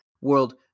world